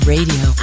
Radio